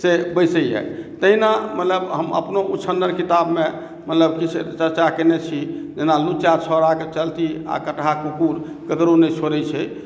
से बैसैए तहिना मतलब हम अपनो उछन्नर किताबमे मतलब किछु चर्चा कयने छी जेना लुच्चा छौड़ाकेँ चलती आ कटहा कूकुर ककरो नहि छोड़ैत छै